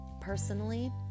personally